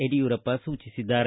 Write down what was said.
ಯಡಿಯೂರಪ್ಪ ಸೂಚಿಸಿದ್ದಾರೆ